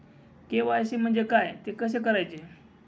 KYC म्हणजे काय? ते कसे करायचे?